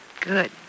Good